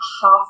half